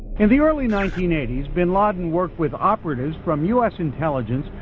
in the early nineteen eighty s, bin laden worked with operatives. from us intelligence,